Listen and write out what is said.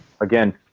Again